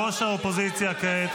ראש האופוזיציה כעת,